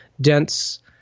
dense